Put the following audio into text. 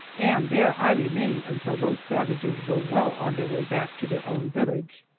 and there i remained until those savages were well on their way back to their own village.